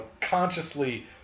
consciously